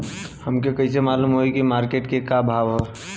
हमके कइसे मालूम होई की मार्केट के का भाव ह?